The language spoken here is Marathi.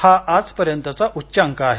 हा आजपर्यंतचा उच्चांक आहे